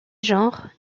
genre